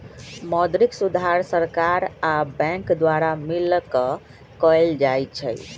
मौद्रिक सुधार सरकार आ बैंक द्वारा मिलकऽ कएल जाइ छइ